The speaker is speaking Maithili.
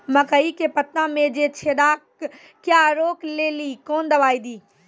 मकई के पता मे जे छेदा क्या रोक ले ली कौन दवाई दी?